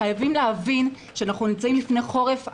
חייבים להבין שאנחנו נמצאים לפני חורף ארוך,